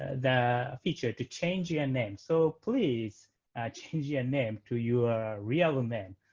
the feature to change your name. so please change your name to your ah real um and